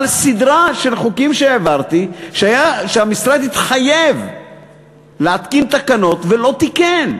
על סדרה של חוקים שהעברתי והמשרד התחייב להתקין תקנות ולא תיקן.